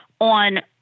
On